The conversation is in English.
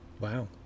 Wow